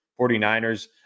49ers